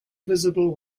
visible